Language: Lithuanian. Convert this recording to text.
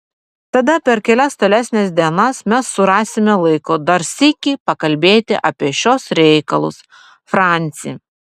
tada per kelias tolesnes dienas mes surasime laiko dar sykį pakalbėti apie šiuos reikalus franci